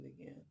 again